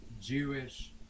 Jewish